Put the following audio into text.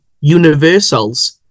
universals